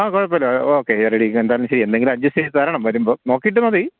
ആ കുഴപ്പമില്ല ആ ഓക്കെ റെഡി എന്തായാലും ചെയ്യു എന്തെങ്കിലും അഡ്ജസ്റ്റ് ചെയ്തു തരണം വരുമ്പോൾ നോക്കിയിട്ട് മതി